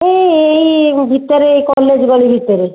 ଏହି ଏହି ଭିତରେ ଏହି କଲେଜ୍ ଗଳି ଭିତରେ